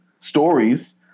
stories